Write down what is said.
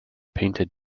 painted